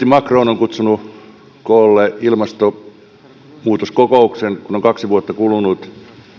macron on kutsunut huomenna koolle ilmastonmuutoskokouksen kun on kaksi vuotta kulunut